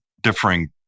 differing